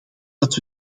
dat